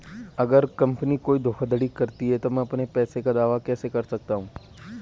अगर कंपनी कोई धोखाधड़ी करती है तो मैं अपने पैसे का दावा कैसे कर सकता हूं?